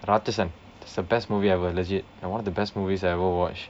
Ratsasan it's the best movie ever legit and one of the best movies I ever watch